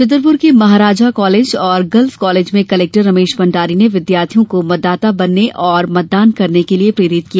छतरपूर के महाराजा कालेज और girls college में कलेक्टर रमेश भंडारी ने विद्यार्थियों को मतदाता बनने और मतदान करने के लिये प्रेरित किया